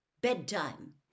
Bedtime